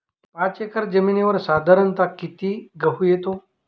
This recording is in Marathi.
पाच एकर जमिनीवर साधारणत: किती गहू येतो?